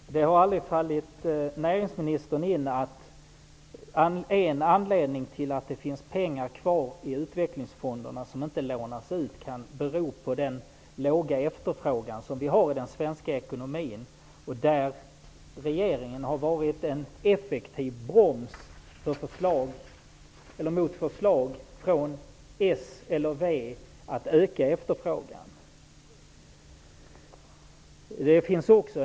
Fru talman! Det har aldrig fallit näringsministern in att en anledning till att det finns pengar kvar i utvecklingsfonderna som inte lånas ut kan vara den låga efterfrågan i den svenska ekonomin? Regeringen har varit en effektiv broms när det gäller förslag från Socialdemokraterna eller Vänsterpartiet för att öka efterfrågan.